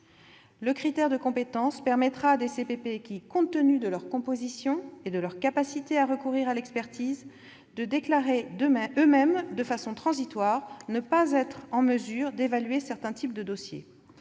Le critère de compétence permettra à des CPP, compte tenu de leur composition et de leur capacité à recourir à l'expertise, de déclarer eux-mêmes, de façon transitoire, ne pas être en mesure d'évaluer certains types de dossiers.